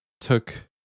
took